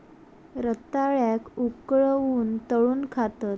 रताळ्याक उकळवून, तळून खातत